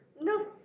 no